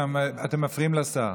אתם מפריעים לשר.